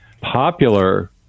popular